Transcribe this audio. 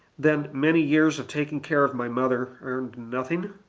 then many years of taking care of my mother earned nothing